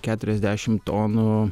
keturiasdešim tonų